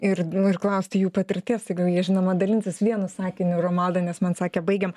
ir nu ir klausti jų patirties jeigu jie žinoma dalinsis vienu sakiniu romualda nes man sakė baigiam